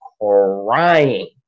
crying